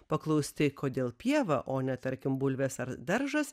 paklausti kodėl pieva o ne tarkim bulvės ar daržas